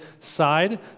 side